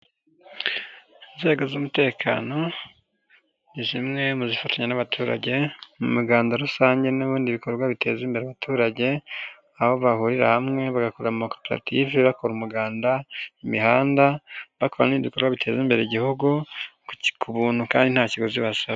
Inzego z'umutekano ni zimwe mu zifatanya n'abaturage mu miganda rusange n'ibindi bikorwa biteza imbere abaturage, aho bahurira hamwe bagakora amakoperative, bakora umuganda, imihanda bakora n'ibindi bikorwa biteza imbere Igihugu ku buntu kandi nta kiguzi basaba.